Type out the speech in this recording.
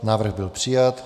Návrh byl přijat.